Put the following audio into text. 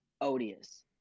Odious